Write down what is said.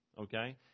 Okay